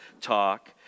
talk